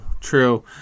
true